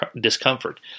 discomfort